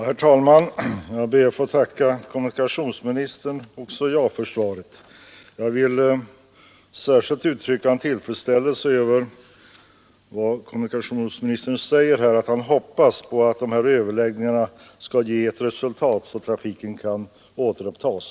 Herr talman! Också jag ber att få tacka kommunikationsministern för svaret. Jag vill särskilt uttrycka min tillfredsställelse över vad kommunikationsministern säger om att han hoppas att de här överläggningarna skall ge ett sådant resultat att trafiken kan återupptas.